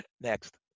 Next